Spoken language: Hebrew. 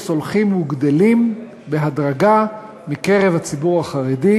הולכים וגדלים בהדרגה מקרב הציבור החרדי,